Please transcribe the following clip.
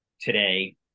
today